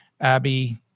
Abby